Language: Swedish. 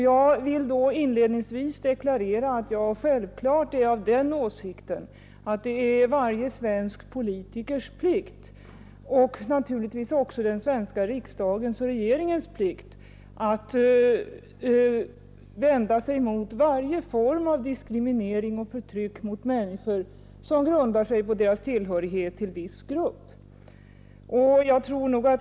Jag vill då inledningsvis deklarera att jag självklart är av den åsikten att det är varje svensk politikers och den svenska riksdagens och regeringens plikt att vända sig mot varje form av diskriminering och förtryck mot människor som grundar sig på deras tillhörighet till viss grupp.